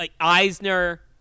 Eisner